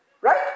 Right